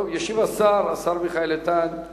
ישיב השר מיכאל איתן על